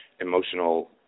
emotional